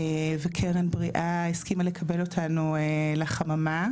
ו"קרן בריאה" הסכימה לקבל אותנו לחממה.